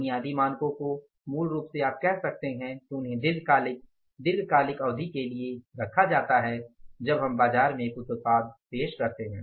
बुनियादी मानकों को मूल रूप से आप कह सकते हैं कि उन्हें दीर्घकालिक दीर्घकालिक अवधि के लिए रखा जाता है जब हम बाजार में एक उत्पाद पेश करते हैं